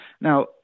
Now